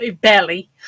Barely